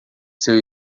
seu